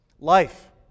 Life